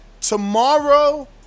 tomorrow